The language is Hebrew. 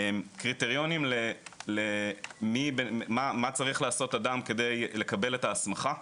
קריטריונים למה צריך לעשות אדם כדי לקבל את ההסמכה.